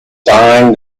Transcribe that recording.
sign